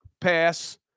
pass